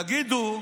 יגידו: